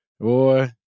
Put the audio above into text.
Boy